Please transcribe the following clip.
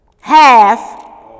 half